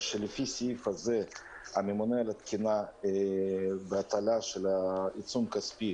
שלפי סעיף זה הממונה על התקינה והטלת עיצום כספי